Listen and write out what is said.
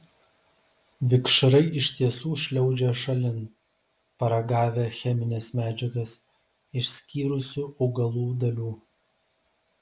vikšrai iš tiesų šliaužia šalin paragavę chemines medžiagas išskyrusių augalų dalių